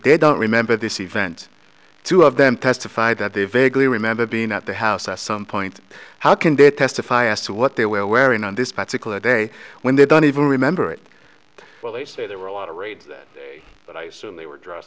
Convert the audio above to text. they don't remember this event two of them testified that they vaguely remember being at the house at some point how can they testify as to what they were wearing on this particular day when they don't even remember it well they say there were a lot of raid but i assume they were dressed